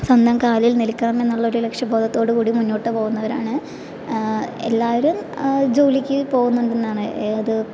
സ്വന്തം കാലിൽ നിൽക്കണം എന്നുള്ളൊരു ലക്ഷ്യബോധത്തോട് കൂടി മുന്നോട്ട് പോകുന്നവരാണ് എല്ലാവരും ജോലിക്ക് പോകുന്നുണ്ടെന്നാണ് ഏത്